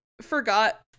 forgot